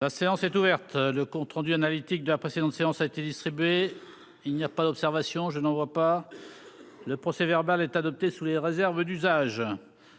La séance est ouverte, le compte rendu analytique de la précédente séance a été distribué, il n'y a pas d'observation, je n'en vois pas le procès-verbal est adopté sous les réserves d'usage,